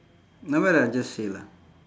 nevermind lah just say lah